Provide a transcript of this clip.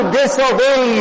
disobey